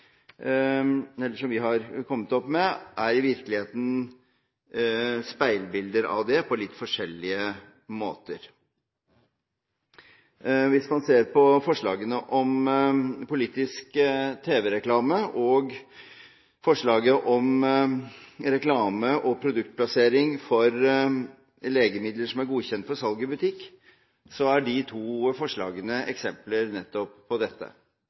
eller som vi har kommet opp med, er i virkeligheten speilbilder av det på litt forskjellige måter. Hvis man ser på forslaget om politisk tv-reklame og forslaget om reklame og produktplassering for legemidler som er godkjent for salg i butikk, er de to forslagene eksempler nettopp på dette.